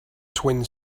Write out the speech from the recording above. twin